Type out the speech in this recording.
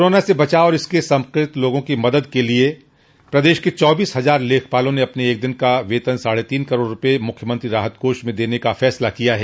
corona से बचाव तथा इससे संक्रमित लोगों की मदद के लिये प्रदेश के चौबीस हजार लेखपालो ने अपने एक दिन का वेतन साढ़े तीन करोड़ रूपये मुख्यमंत्री राहत कोष में देने का निर्णय लिया है